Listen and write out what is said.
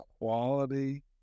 quality